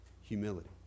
humility